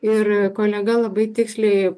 ir kolega labai tiksliai